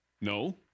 No